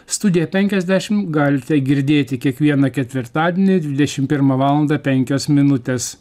studiją penkiasdešim galite girdėti kiekvieną ketvirtadienį dvidešim pirmą valandą penkios minutės